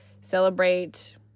celebrate